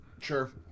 sure